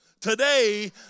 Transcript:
Today